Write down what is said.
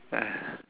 !aiya!